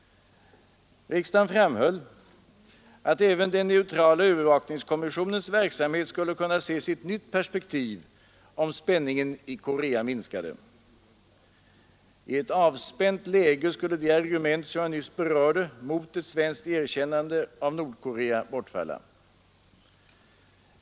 Riksdagen framhöll att även den neutrala övervakningskommissionens verksamhet skulle kunna ses i ett nytt perspektiv om spänningen i Korea minskade. I ett avspänt läge skulle det argument som jag nyss berörde mot ett svenskt erkännande av Nordkorea bortfalla.